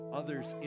others